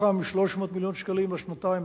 מתוכם 300 מיליון שקלים בשנתיים,